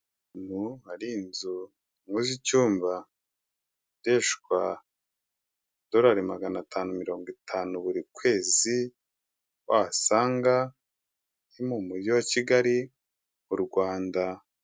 Ahantu hari inzu, ingo z'icyumba zikodeshwa amadolari magana atanu mirongo itanu buri kwezi, wahasanga ari mu mujyi wa Kigali u Rwanda.